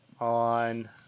on